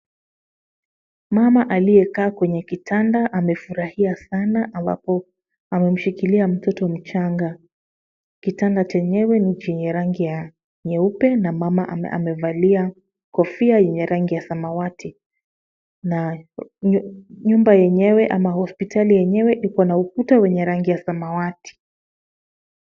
Mama aliyekaa kwenye kitanda amefurahia sana ambapo amemshikilia mtoto mchanga. Kitanda chenyewe ni chenye rangi ya nyeupe na mama amevalia kofia yenye rangi ya samawati na nyumba yenyewe ama hospitali yenyewe iko na ukuta wenye rangi ya samawati.